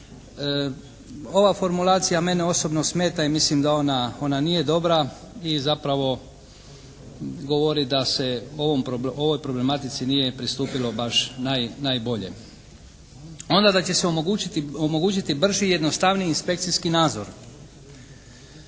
Ova formulacija mene osobno smeta i mislim da ona nije dobra i zapravo govori da se ovoj problematici nije pristupilo baš najbolje. Onda da će se omogućiti brži i jednostavniji inspekcijski nadzor.